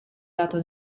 dato